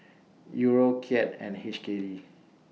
Euro Kyat and H K D